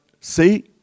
see